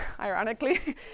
ironically